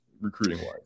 recruiting-wise